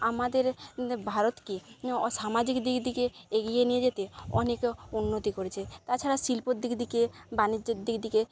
আমাদের ভারতকে সামাজিক দিক দিকে এগিয়ে নিয়ে যেতে অনেক উন্নতি করেছে তাছাড়া শিল্পর দিক দিকে বাণিজ্যের দিক দিকে